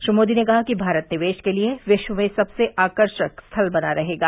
श्री मोदी ने कहा कि भारत निवेश के लिए विश्व में सबसे आकर्षक स्थल बना रहेगा